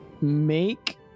Make